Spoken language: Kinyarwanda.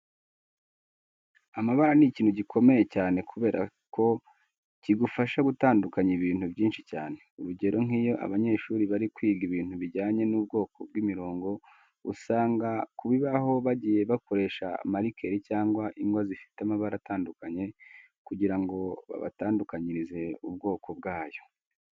Amabara ni ikintu gikomeye cyane kubera ko cyigufasha gutandukanya ibintu byinshi cyane. Urugero nk'iyo abanyeshuri bari kwiga ibintu bijyanye n'ubwoko bw'imirongo usanga ku bibaho bagiye bakoresha marikeri cyangwa ingwa zifite amabara atandukanye kugira ngo babatandukanyirize ubwoko bwayo.